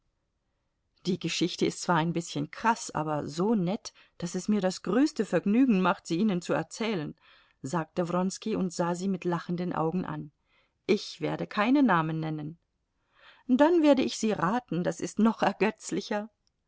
die geschichte ist zwar ein bißchen kraß aber so nett daß es mir das größte vergnügen macht sie ihnen zu erzählen sagte wronski und sah sie mit lachenden augen an ich werde keine namen nennen dann werde ich sie raten das ist noch